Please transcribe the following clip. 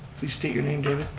please state your name david.